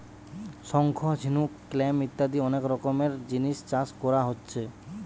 শঙ্খ, ঝিনুক, ক্ল্যাম ইত্যাদি অনেক রকমের জিনিস চাষ কোরা হচ্ছে